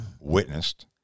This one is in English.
witnessed